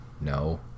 no